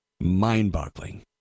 mind-boggling